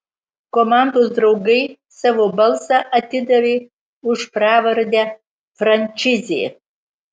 komandos draugai savo balsą atidavė už pravardę frančizė